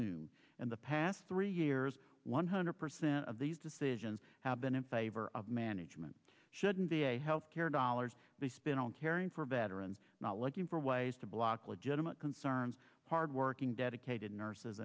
do in the past three years one hundred percent of these decisions have been in favor of management shouldn't be a health care dollars they spent on caring for veterans not looking for ways to block legitimate concerns hardworking dedicated nurses